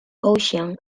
ocean